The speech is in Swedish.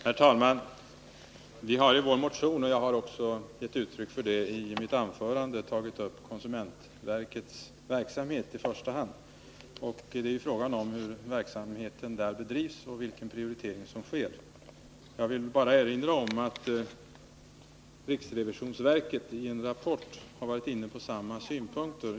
Herr talman! Vi har i vår motion tagit upp konsumentverkets verksamhet i första hand — och jag har också gett uttryck för det i mitt anförande. Det är fråga om hur verksamheten där bedrivs och vilken prioritering som sker. Jag vill nu bara erinra om att riksrevisionsverket i en rapport har varit inne på samma synpunkter.